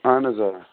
اہَن حظ آ